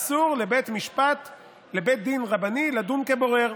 שאומר שאסור לבית דין רבני לדון כבורר,